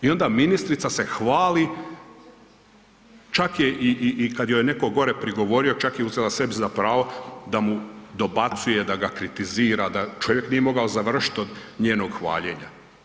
I onda ministrica se hvali, čak je i kad joj je netko gore prigovorio, čak je uzela sebi za pravo da mu dobacuje, da ga kritizira, da, čovjek nije mogao završiti od njenog hvaljenja.